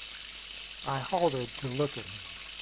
i halted to look at him.